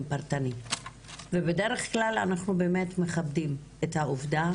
פרטני ובדרך כלל אנחנו באמת מכבדים את העובדה,